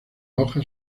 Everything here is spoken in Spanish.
hojas